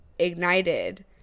ignited